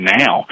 now